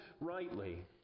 rightly